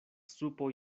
supo